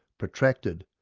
protracted,